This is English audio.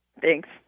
Thanks